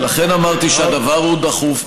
לכן אמרתי שהדבר הוא דחוף,